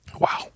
wow